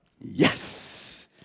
Yes